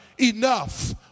enough